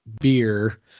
beer